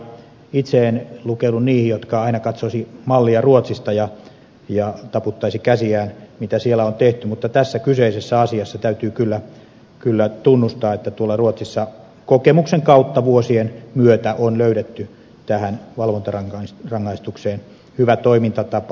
itse en lukeudu niihin jotka aina katsoisivat mallia ruotsista ja taputtaisivat käsiään sille mitä siellä on tehty mutta tässä kyseisessä asiassa täytyy kyllä tunnustaa että tuolla ruotsissa kokemuksen kautta vuosien myötä on löydetty tähän valvontarangaistukseen hyvä toimintatapa